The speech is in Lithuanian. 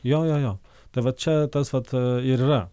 jo jo jo tai va čia tas vat ir yra